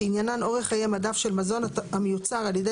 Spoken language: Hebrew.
שעניינן אורך חיי מדף של מזון המיוצר על ידי